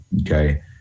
okay